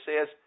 says